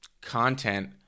content